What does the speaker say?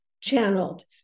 channeled